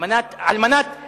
לא צריך להגזים,